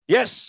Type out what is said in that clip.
Yes